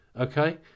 Okay